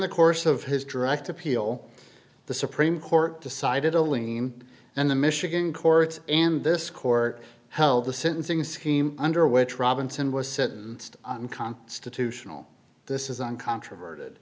the course of his direct appeal the supreme court decided aleem and the michigan courts and this court held the sentencing scheme under which robinson was sentenced constitutional this is uncontrover